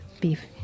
beef